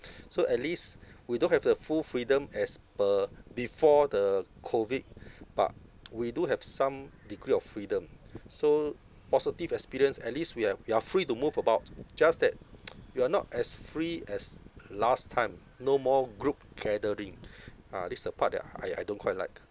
so at least we don't have the full freedom as per before the COVID but we do have some degree of freedom so positive experience at least we have we are free to move about just that you are not as free as last time no more group gathering ah this is the part that uh I I don't quite like